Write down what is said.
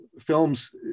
films